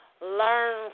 learn